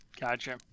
Gotcha